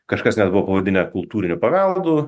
kažkas net buvo pavadinę kultūriniu paveldu